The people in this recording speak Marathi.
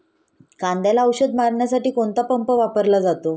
कांद्याला औषध मारण्यासाठी कोणता पंप वापरला जातो?